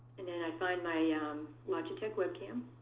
and then i find my ah um logitech webcam.